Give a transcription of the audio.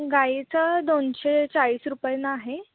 गाईचं दोनशे चाळीस रुपयानं आहे